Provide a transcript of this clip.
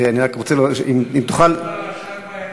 זה בדרך כלל עשן בעיניים,